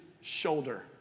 shoulder